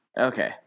okay